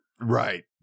Right